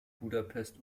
budapest